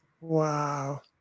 Wow